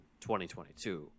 2022